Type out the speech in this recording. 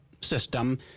system